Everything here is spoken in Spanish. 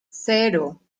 cero